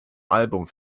album